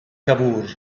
cavour